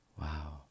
Wow